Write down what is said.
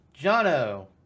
Jono